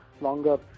longer